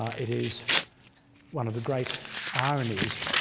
um it is one of the great ironies